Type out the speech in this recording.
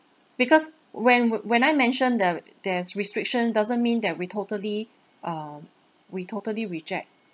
because when w~ when I mention the there's restriction doesn't mean that we totally um we totally reject